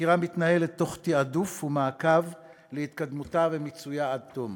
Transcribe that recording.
החקירה מתנהלת תוך תעדוף ומעקב אחר התקדמותה ועד למיצויה עד תום.